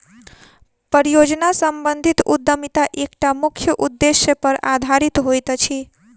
परियोजना सम्बंधित उद्यमिता एकटा मुख्य उदेश्य पर आधारित होइत अछि